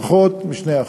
פחות מ-2%.